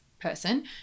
person